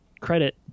credit